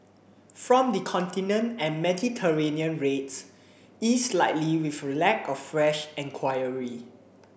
from the Continent and Mediterranean rates eased slightly with a lack of fresh enquiry